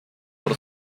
por